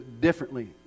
differently